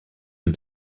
and